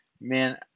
man